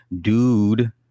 dude